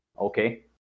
Okay